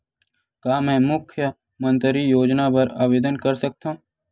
का मैं मुख्यमंतरी योजना बर आवेदन कर सकथव?